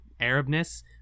arabness